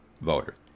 voter